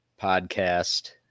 podcast